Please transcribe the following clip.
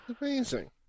amazing